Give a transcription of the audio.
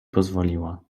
pozwoliła